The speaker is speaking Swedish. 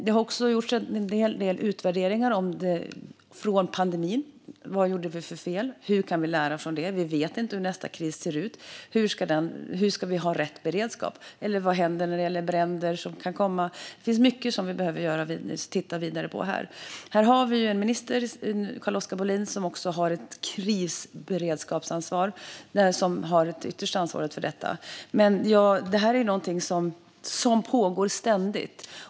Det har gjorts en hel del utvärderingar efter pandemin om vad vi gjorde för fel och hur vi kan lära oss av det. Vi vet inte hur nästa kris kommer att se ut. Hur ska vi ha rätt beredskap? Vad händer i fråga om bränder? Det finns mycket vi behöver titta vidare på. Statsrådet Carl-Oskar Bohlin har det yttersta ansvaret för dessa frågor, bland annat för krisberedskap. Detta arbete är något som pågår ständigt.